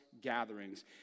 gatherings